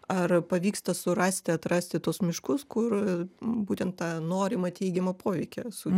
ar pavyksta surasti atrasti tuos miškus kur būtent tą norimą teigiamą poveikį su